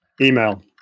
Email